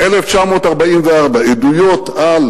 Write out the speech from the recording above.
1944, עדויות על